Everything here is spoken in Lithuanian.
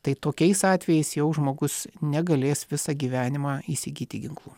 tai tokiais atvejais jau žmogus negalės visą gyvenimą įsigyti ginklų